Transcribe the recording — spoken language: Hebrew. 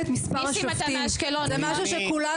ניסים אתה מאשקלון, נכון?